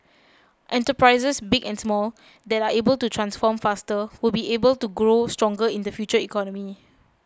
enterprises big and small that are able to transform faster will be able to grow stronger in the future economy